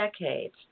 decades